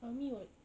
army [what]